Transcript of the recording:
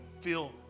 feel